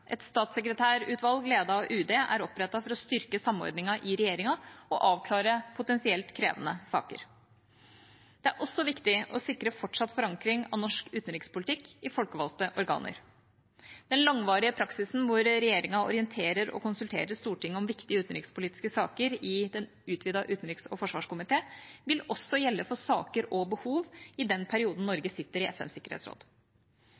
Et statssekretærutvalg ledet av UD er opprettet for å styrke samordningen i regjeringa og avklare potensielt krevende saker. Det er også viktig å sikre fortsatt forankring av norsk utenrikspolitikk i folkevalgte organer. Den langvarige praksisen hvor regjeringa orienterer og konsulterer Stortinget om viktige utenrikspolitiske saker i den utvidede utenriks- og forsvarskomiteen, vil også gjelde for saker og behov under den perioden